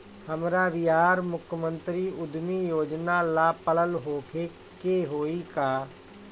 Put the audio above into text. हमरा बिहार मुख्यमंत्री उद्यमी योजना ला पढ़ल होखे के होई का?